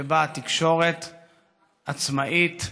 שבה התקשורת עצמאית,